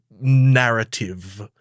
narrative